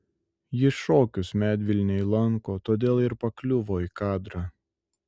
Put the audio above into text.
ji šokius medvilnėj lanko todėl ir pakliuvo į kadrą